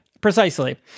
precisely